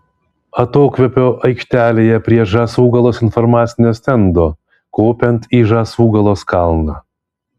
atokvėpio aikštelėje prie žąsūgalos informacinio stendo kopiant į žąsūgalos kalną